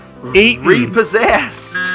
Repossessed